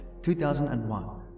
2001